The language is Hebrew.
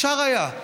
אפשר היה.